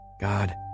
God